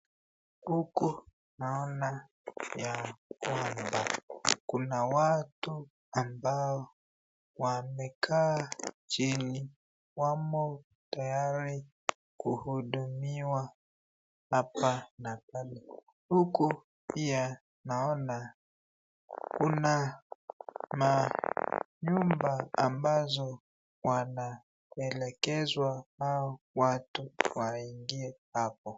Huku naona ya kwamba kuna watu ambao wamekaa chini wamo tayari kuhudumiwa hapa na pale. Huku pia naona kuna manyumba ambazo wanaelekezwa hao watu waingie hapo.